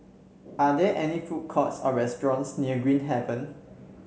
are there any food courts or restaurants near Green Haven